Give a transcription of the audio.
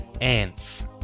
ants